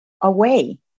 away